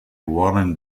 warren